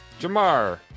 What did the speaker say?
Jamar